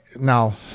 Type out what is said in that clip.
now